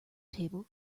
table